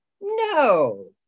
No